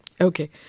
Okay